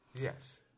Yes